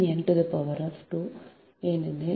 L n n2 ஏனென்றால்